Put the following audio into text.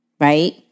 Right